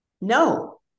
No